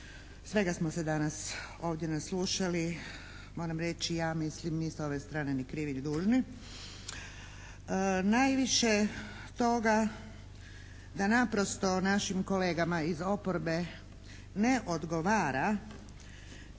Svega smo se danas ovdje naslušali. Moram reći ja mislim mi s ove strane ni krivi ni dužni. Najviše toga da naprosto našim kolegama iz oporbe ne odgovara